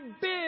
big